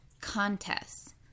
contests